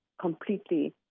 completely